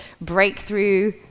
breakthrough